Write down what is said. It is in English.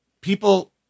people